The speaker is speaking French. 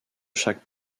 chaque